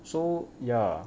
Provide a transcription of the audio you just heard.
so ya